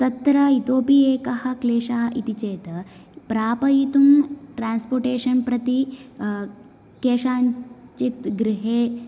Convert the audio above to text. तत्र इतोपि कः क्लेषः इति चेत् प्रापयितुं ट्रान्सपोर्टेशन् प्रति आ केषाञ्चित् गृहे